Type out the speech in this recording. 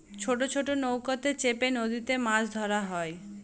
ছোট ছোট নৌকাতে চেপে নদীতে মাছ ধরা হয়